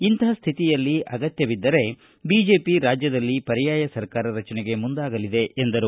ಇಂಥ ಸ್ವಿತಿಯಲ್ಲಿ ಅಗತ್ತ ಬಿದ್ದರೆ ಬಿಜೆಪಿ ರಾಜ್ಯದಲ್ಲಿ ಪರ್ಯಾಯ ಸರ್ಕಾರ ರಚನೆಗೆ ಮುಂದಾಗಲಿದೆ ಎಂದರು